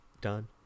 Done